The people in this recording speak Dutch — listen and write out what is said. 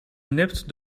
nipt